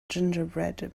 gingerbread